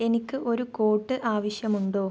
എനിക്ക് ഒരു കോട്ട് ആവശ്യമുണ്ടോ